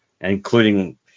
including